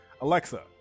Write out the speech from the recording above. Alexa